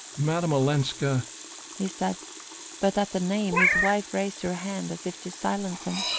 madame olenska he said but at the name his wife raised her hand as if to silence him.